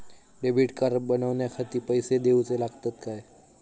Debit card बनवण्याखाती पैसे दिऊचे लागतात काय?